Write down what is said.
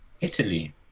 Italy